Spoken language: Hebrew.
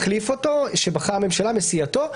שבחרה הממשלה מסיעתו,